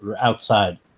outside